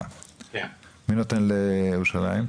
מי נותן לירושלים?